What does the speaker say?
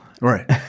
Right